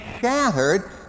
shattered